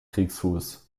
kriegsfuß